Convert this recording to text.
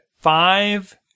five